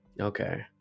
Okay